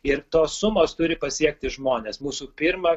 ir tos sumos turi pasiekti žmones mūsų pirma